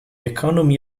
economy